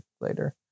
later